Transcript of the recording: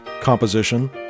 composition